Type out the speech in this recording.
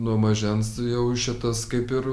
nuo mažens jau šitas kaip ir